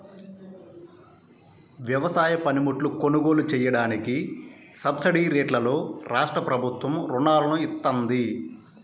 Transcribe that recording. వ్యవసాయ పనిముట్లు కొనుగోలు చెయ్యడానికి సబ్సిడీరేట్లలో రాష్ట్రప్రభుత్వం రుణాలను ఇత్తంది